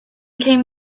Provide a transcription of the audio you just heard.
came